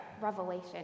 revelation